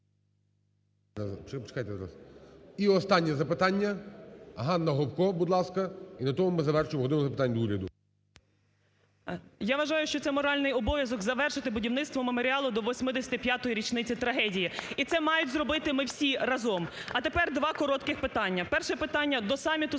І останнє запитання, Ганна Гопко, будь ласка. І на тому ми завершимо "годину запитань до Уряду". 11:11:32 ГОПКО Г.М. Я вважаю, що це моральний обов'язок завершити будівництво меморіалу до 85-річниці трагедії і це мають зробити ми всі разом. А тепер два коротких питання. Перше питання до саміту